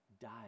died